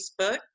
Facebook